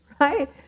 Right